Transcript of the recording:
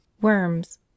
Worms